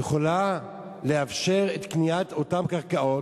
היא יכולה לאפשר את קניית אותן קרקעות,